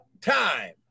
time